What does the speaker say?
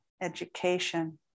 education